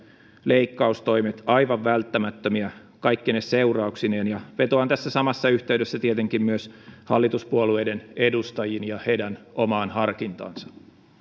leikkaustoimet aivan välttämättömiä kaikkine seurauksineen vetoan tässä samassa yhteydessä tietenkin myös hallituspuolueiden edustajiin ja heidän omaan harkintaansa